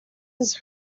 his